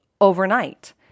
overnight